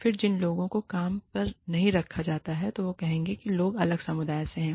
फिर जिन लोगों को काम पर नहीं रखा जाता है वे कहेंगे कि ये लोग अलग समुदाय से हैं